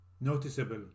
noticeable